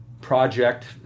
project